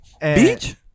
Beach